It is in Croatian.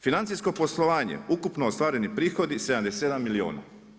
Financijsko poslovanje, ukupno ostvareni prihodi, 77 milijuna.